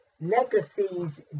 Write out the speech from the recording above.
legacies